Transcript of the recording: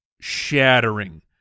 shattering